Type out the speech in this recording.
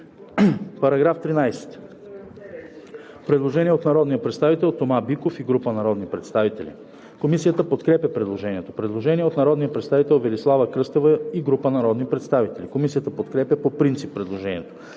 По § 13 има предложение от народния представител Тома Биков и група народни представители. Комисията подкрепя предложението. Предложение от народния представител Велислава Кръстева и група народни представители. Комисията подкрепя по принцип предложението.